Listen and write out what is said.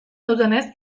dutenez